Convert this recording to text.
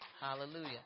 Hallelujah